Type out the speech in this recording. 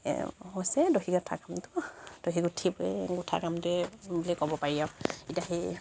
এ হৈছে দহি গঁঠা কামটো দহি গুঠি গোঁঠা কামটোৱে বুলি ক'ব পাৰি আৰু এতিয়া সেই